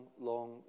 long